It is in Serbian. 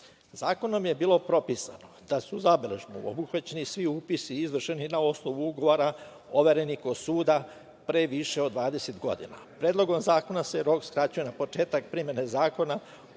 Zakonom je bilo propisano da su zabeležbom obuhvaćeni svi upisi izvršeni na osnovu ugovora overenih kod suda pre više od 20 godina. Predlogom zakona se rok skraćuje na početak primene Zakona